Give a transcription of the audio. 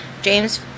James